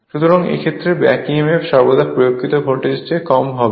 সুতরাং এই ক্ষেত্রে ব্যাক emf সর্বদা প্রয়োগকৃত ভোল্টেজের চেয়ে কম হবে